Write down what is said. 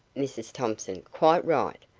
mrs thompson, quite right,